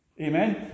Amen